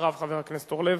ואחריו חבר הכנסת אורלב,